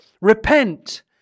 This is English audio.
Repent